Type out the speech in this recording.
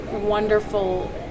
wonderful